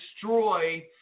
destroy